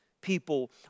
people